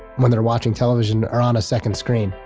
when they're watching television, are on a second screen,